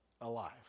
alive